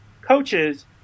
coaches